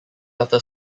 after